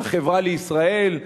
ל"חברה לישראל",